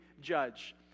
judge